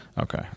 Okay